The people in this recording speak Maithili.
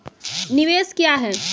निवेश क्या है?